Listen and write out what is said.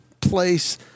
place